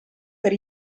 per